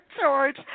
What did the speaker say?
George